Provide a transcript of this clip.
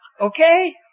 okay